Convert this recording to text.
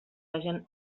hagen